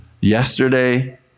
yesterday